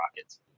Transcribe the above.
Rockets